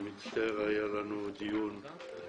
אני מצטער על האיחור, היה לנו דיון בנושאים